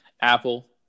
apple